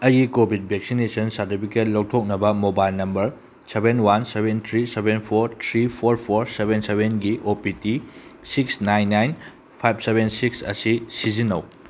ꯑꯩꯒꯤ covid vaccination certificate ꯂꯧꯊꯣꯛꯅꯕ mobile number seven one seven three seven four three four four seven ꯁꯕꯦꯟꯒꯤ O P T six nine nine five seven six ꯑꯁꯤ ꯁꯤꯖꯤꯟꯅꯧ